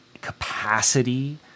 capacity